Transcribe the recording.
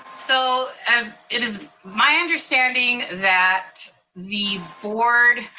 so and it is my understanding that the board